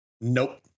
Nope